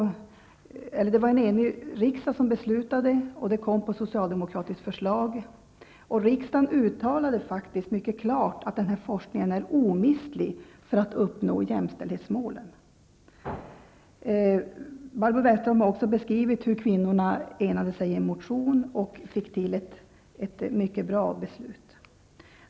Det var en enig riksdag som beslutade, på socialdemokratiskt förslag. Och riksdagen uttalade faktiskt mycket klart att den här forskningen är omistlig för att man skall uppnå jämställdhetsmålen. Barbro Westerholm har också beskrivit hur kvinnorna enade sig i en motion och fick till stånd ett mycket bra beslut.